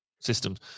systems